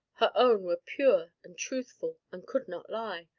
her own were pure and truthful, and could not lie!